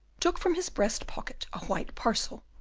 took from his breast pocket a white parcel,